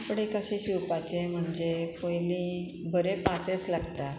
कपडे कशे शिवपाचे म्हणजे पयली बरे पासेस लागता